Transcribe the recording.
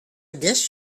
guess